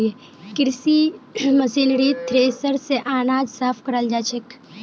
कृषि मशीनरीत थ्रेसर स अनाज साफ कराल जाछेक